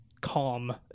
calm